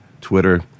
Twitter